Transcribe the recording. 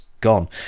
gone